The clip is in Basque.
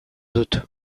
dut